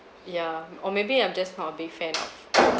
yeah or maybe I'm just not a big fan of